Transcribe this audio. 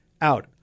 out